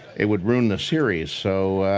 it would ruin the series. so,